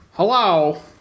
Hello